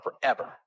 forever